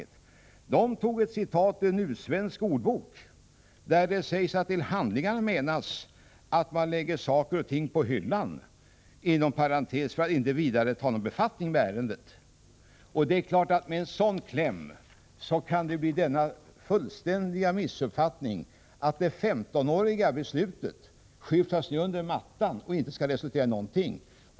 Där tog man fram ett citat ur Nusvensk ordbok, där det sägs att med uttrycket ”lägga till handlingarna” menas att man lägger saker och ting på hyllan för att inte vidare ta någon befattning med ärendet. Det är klart att med en sådan kläm kan det bli denna fullständiga missuppfattning att det 15-åriga beslutet skyfflas under mattan och inte skall resultera i någonting.